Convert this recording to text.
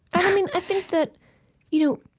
i mean i think that you know